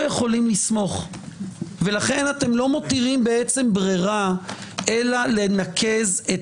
לכן אתם לא מותירים ברירה אלא לנקז את